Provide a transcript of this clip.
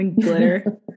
Glitter